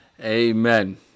amen